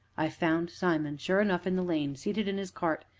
i found simon, sure enough, in the lane, seated in his cart,